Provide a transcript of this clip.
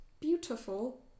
beautiful